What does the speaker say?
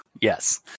Yes